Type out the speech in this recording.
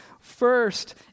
first